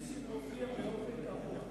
כבוד היושב-ראש, חברי חברי הכנסת,